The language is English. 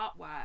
artwork